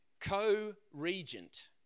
co-regent